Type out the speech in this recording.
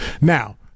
Now